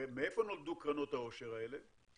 מאיפה נולדו קרנות העושר האלה?